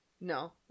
No